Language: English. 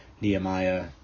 Nehemiah